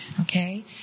okay